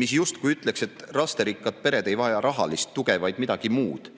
mis justkui ütleks, et lasterikkad pered ei vaja rahalist tuge, vaid midagi muud,